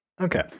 Okay